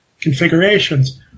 configurations